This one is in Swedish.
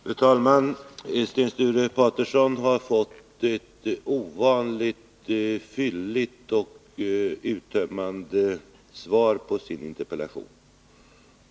Fru talman! Sten Sture Paterson har fått ett ovanligt fylligt och uttömmande svar på sin interpellation.